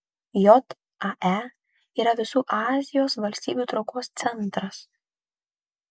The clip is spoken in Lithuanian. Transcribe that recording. jae yra visų azijos valstybių traukos centras